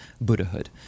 Buddhahood